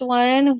one